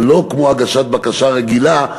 זה לא כמו הגשת בקשה רגילה,